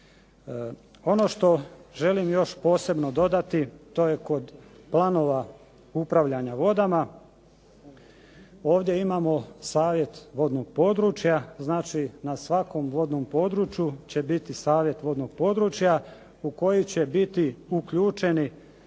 Ono što želim još posebno dodati, to je kod planova upravljanja vodama. Ovdje imamo savjet vodnog područja. Znači na svakom vodnom području će biti savjet vodnog područja u koji će biti uključeni